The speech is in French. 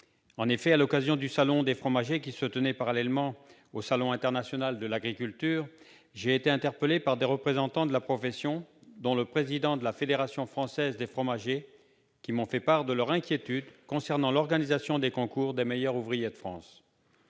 En effet, à l'occasion du Salon des fromagers qui se tenait parallèlement au Salon international de l'agriculture, j'ai été interpellé par des représentants de la profession, dont le président de la Fédération française des fromagers, qui m'ont fait part de leur inquiétude concernant l'organisation des concours « Meilleurs ouvriers de France